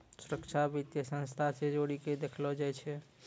सुरक्षा वित्तीय संस्था से जोड़ी के देखलो जाय छै